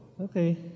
okay